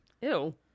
Ew